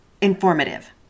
informative